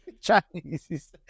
Chinese